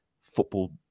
football